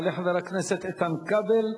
יעלה חבר הכנסת איתן כבל,